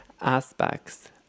aspects